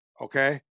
okay